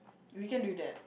we can do that